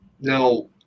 now